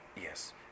Yes